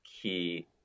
key